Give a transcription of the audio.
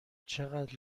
چقدر